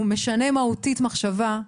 הוא משנה מהותית את המחשבה.